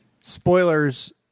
Spoilers